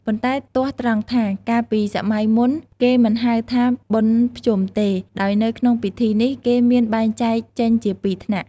ប៉ុន្តែទាស់ត្រង់ថា កាលពីសម័យមុនគេមិនហៅថា បុណ្យភ្ជុំទេ ដោយនៅក្នុងពិធីនេះគេមានបែងចែកចេញជាពីរថ្នាក់។